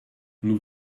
nous